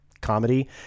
comedy